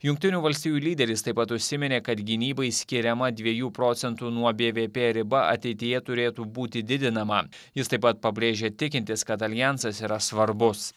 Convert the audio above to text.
jungtinių valstijų lyderis taip pat užsiminė kad gynybai skiriama dviejų procentų nuo bvp riba ateityje turėtų būti didinama jis taip pat pabrėžė tikintis kad aljansas yra svarbus